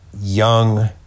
young